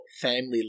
family